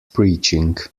preaching